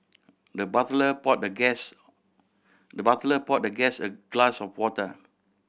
the butler poured the guest the butler poured the guest a glass of water